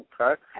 Okay